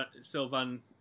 Sylvan